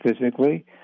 physically